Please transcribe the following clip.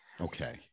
Okay